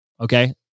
Okay